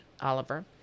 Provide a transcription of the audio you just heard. Oliver